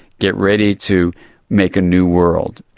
get ready to make a new world.